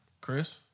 Chris